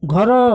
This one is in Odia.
ଘର